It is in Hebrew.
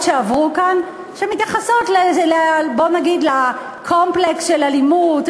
שעברו כאן שמתייחסות לקומפלקס של אלימות,